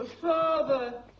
Father